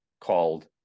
called